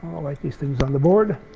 i'll write these things on the board.